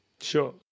Sure